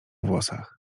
włosach